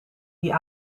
die